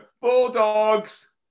Bulldogs